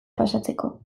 pasatzeko